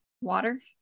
water